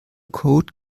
code